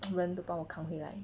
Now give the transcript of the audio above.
人 to 帮我扛回来